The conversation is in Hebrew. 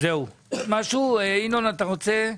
משהו ינון אתה רוצה?